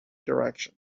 direction